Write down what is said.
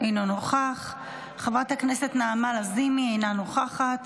אינו נוכח, חברת הכנסת נעמה לזימי, אינה נוכחת,